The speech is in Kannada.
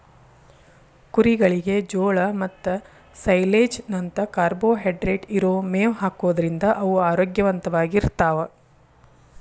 ಕುರಿಗಳಿಗೆ ಜೋಳ ಮತ್ತ ಸೈಲೇಜ್ ನಂತ ಕಾರ್ಬೋಹೈಡ್ರೇಟ್ ಇರೋ ಮೇವ್ ಹಾಕೋದ್ರಿಂದ ಅವು ಆರೋಗ್ಯವಂತವಾಗಿರ್ತಾವ